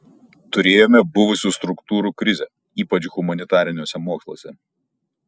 turėjome buvusių struktūrų krizę ypač humanitariniuose moksluose